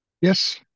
Yes